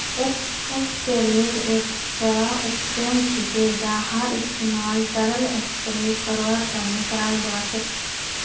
sprayer एकता उपकरण छिके जहार इस्तमाल तरल स्प्रे करवार तने कराल जा छेक